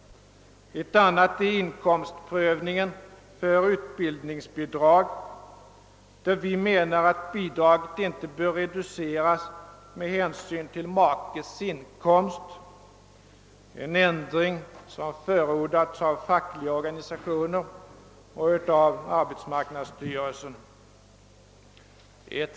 Ett annat är in komstprövningen av utbildningsbidrag, där vi menar, att bidraget inte bör reduceras med hänsyn till makes inkomst, en ändring som förordas av fackliga organisationer och arbetsmarknadsstyrelsen.